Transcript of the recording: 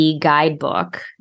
guidebook